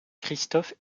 christophe